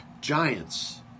Giants